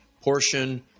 portion